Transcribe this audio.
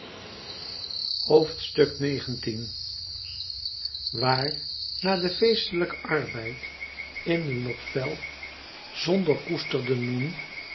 waar na den feestelijken arbeid in den nog fel zondoorkoesterden